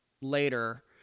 later